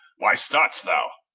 why starts thou?